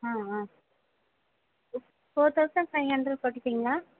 ஆ ஆ four thousand five hundred போட்டுப்பீங்களா